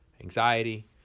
anxiety